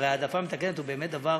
הרי ההעדפה המתקנת הוא באמת דבר,